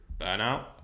burnout